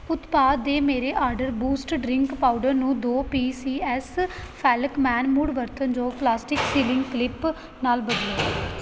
ਉਤਪਾਦ ਦੇ ਮੇਰੇ ਆਰਡਰ ਬੂਸਟ ਡਰਿੰਕ ਪਾਊਡਰ ਨੂੰ ਦੋ ਪੀ ਸੀ ਐੱਸ ਫੈਕਲਮੈਨ ਮੁੜ ਵਰਤਣਯੋਗ ਪਲਾਸਟਿਕ ਸੀਲਿੰਗ ਕਲਿੱਪ ਨਾਲ ਬਦਲੋ